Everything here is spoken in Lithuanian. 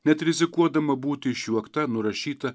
net rizikuodama būti išjuokta nurašyta